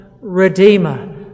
redeemer